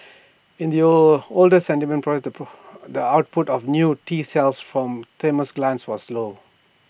in the old older sedentary the output of new T cells from thymus glands was low